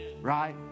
Right